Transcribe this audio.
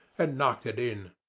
and knocked it in.